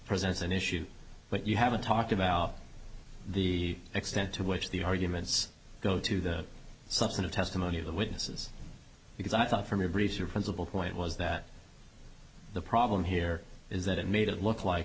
present is an issue but you haven't talked about the extent to which the arguments go to the substantive testimony of the witnesses because i thought from your brief your principal point was that the problem here is that it made it look like